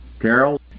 Carol